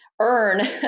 Earn